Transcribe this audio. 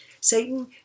Satan